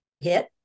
hit